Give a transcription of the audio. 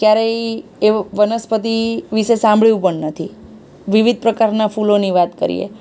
ક્યારેય એ વનસ્પતિ વિશે સાંભળ્યું પણ નથી વિવિધ પ્રકારનાં ફૂલોની વાત કરીએ